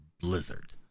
Blizzard